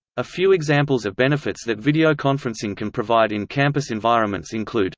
a few examples of benefits that videoconferencing can provide in campus environments include